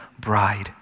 Bride